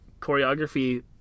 choreography